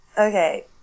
Okay